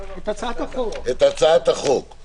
הצעת החוק להצבעה.